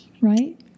right